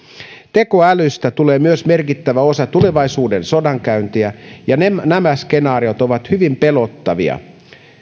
tekoälystä tulee myös merkittävä osa tulevaisuuden sodankäyntiä ja nämä skenaariot ovat hyvin pelottavia